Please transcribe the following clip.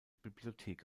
bibliothek